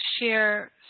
share